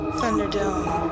Thunderdome